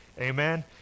Amen